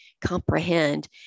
comprehend